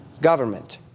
government